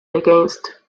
against